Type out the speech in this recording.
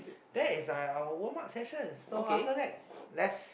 that is I our warm up session so after that let's